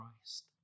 Christ